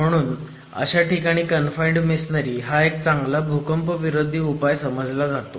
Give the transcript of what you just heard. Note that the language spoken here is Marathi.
म्हणून अशा ठिकाणी कनफाईण्ड मेसोनरी हा एक चांगला भूकंपविरोधी उपाय समजला जातो